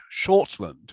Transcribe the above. Shortland